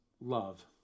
love